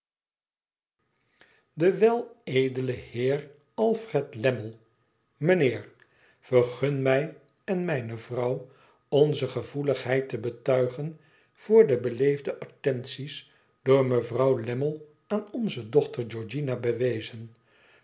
de wel de heer alfred lammlb mijnheer vergun mij en mijne vrouw onze gevoeligheid te betuigen voor de beleefde attenties door mevrouw lammie aan onze dochter georgiana bewezen